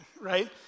right